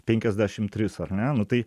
penkiasdešim tris ar ne nu tai